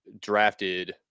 drafted